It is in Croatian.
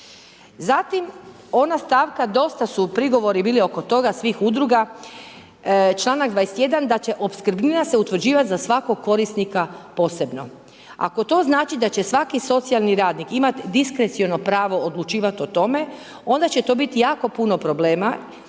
Zatim ona stavka dosta su prigovori bili oko toga svih udruga, članak 21. da će opskrbnina se utvrđivati za svakog korisnika posebno. Ako to znači da će svaki socijalni radnik imati diskreciono pravo odlučivati o tome onda će to biti jako puno problema